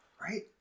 Right